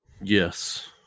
Yes